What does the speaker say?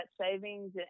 savings